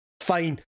fine